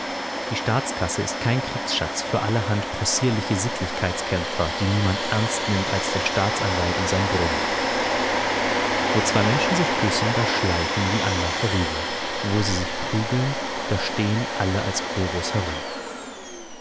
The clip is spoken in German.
die staatskasse ist kein kriegsschatz für allerhand possierliche sittlichkeitskämpfer die niemand ernst nimmt als der staatsanwalt und sein brunner wo zwei menschen sich küssen da schleichen die andern vorüber wo sie sich prügeln da stehen alle als chorus herum